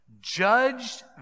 judged